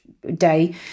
day